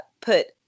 put